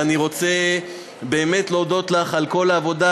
ואני רוצה באמת להודות לך על כל העבודה,